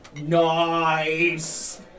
Nice